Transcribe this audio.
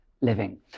living